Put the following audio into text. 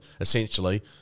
essentially